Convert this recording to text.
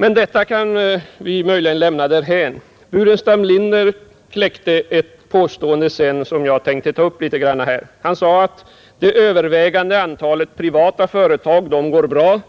Men detta kan vi möjligen lämna därhän. Herr Burenstam Linder kläckte sedan ett påstående som jag tänker ta upp här. Han sade att det övervägande antalet privata företag går bra;